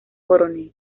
coronel